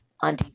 on